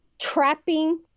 trapping